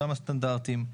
אותם סטנדרטים.